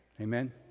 Amen